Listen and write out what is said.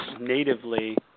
natively